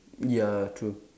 ya true